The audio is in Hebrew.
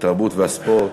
התרבות והספורט.